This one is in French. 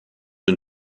une